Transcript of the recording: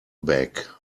bag